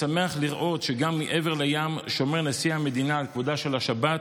משמח לראות שגם מעבר לים שומר נשיא המדינה על כבודה של השבת,